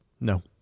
No